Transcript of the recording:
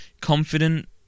confident